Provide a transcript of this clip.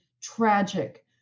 tragic